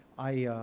i, you